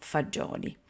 Fagioli